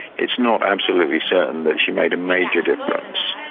it's not absolutely certain that she made a major difference.